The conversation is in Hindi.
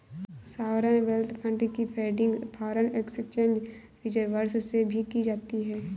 सॉवरेन वेल्थ फंड की फंडिंग फॉरेन एक्सचेंज रिजर्व्स से भी की जाती है